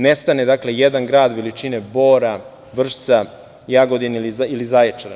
Nestane, dakle, jedan grad, veličine Bora, Vršca, Jagodine ili Zaječara.